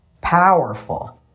powerful